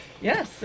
Yes